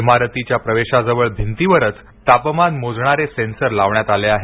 इमारतीच्या प्रवेशाजवळ भिंतीवरच तापमान मोजणारे सेन्सर लावण्यात आले आहेत